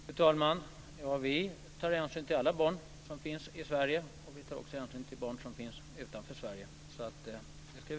Fru talman! Vi tar hänsyn till alla barn som finns i Sverige. Vi tar också hänsyn till barn som finns utanför Sverige.